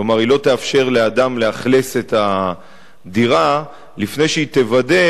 כלומר היא לא תאפשר לאכלס את הדירה לפני שהיא תוודא